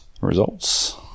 Results